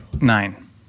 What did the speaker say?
Nine